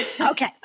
Okay